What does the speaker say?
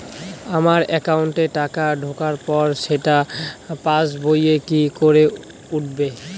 আমার একাউন্টে টাকা ঢোকার পর সেটা পাসবইয়ে কি করে উঠবে?